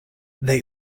they